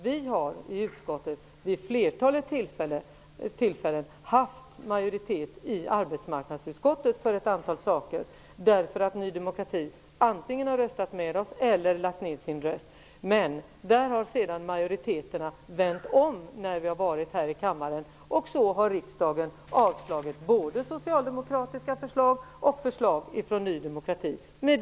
Vi har i utskottet vid ett flertal tillfällen haft majoritet i arbetsmarknadsutskottet för ett antal förslag, eftersom Ny demokrati antingen har röstat med oss eller har lagt ner sin röst. Men sedan har majoriteten vänt när frågan har behandlats här i kammaren. Till följd av nedlagda Ny demokrati-röster har riksdagen avslagit både socialdemokratiska förslag och förslag från Ny demokrati.